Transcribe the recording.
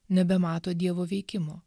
nebemato dievo veikimo